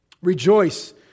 Rejoice